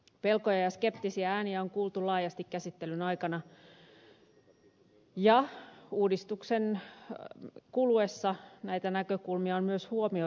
pelkoja ja skeptisiä ääniä on kuultu laajasti käsittelyn aikana ja uudistuksen kuluessa näitä näkökulmia on myös huomioitu